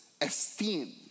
esteem